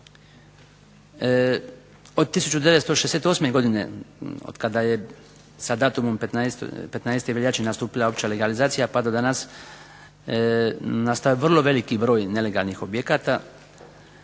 od 1968. godine od kada je sa datumom 15. veljače nastupila opća legalizacija pa do danas, nastaje vrlo veliki broj nelegalnih objekata